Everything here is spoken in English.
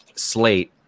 slate